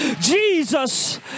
Jesus